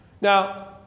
Now